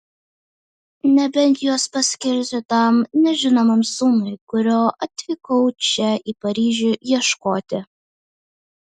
nebent juos paskirsiu tam nežinomam sūnui kurio atvykau čia į paryžių ieškoti